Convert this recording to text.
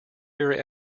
very